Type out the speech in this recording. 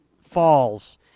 falls